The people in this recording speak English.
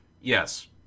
Yes